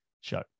show